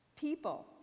people